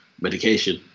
medication